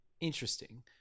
interesting